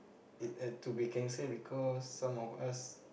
it had to be cancel because some of us